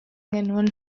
genuen